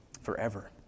forever